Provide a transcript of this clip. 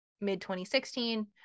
mid-2016